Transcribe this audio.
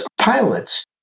pilots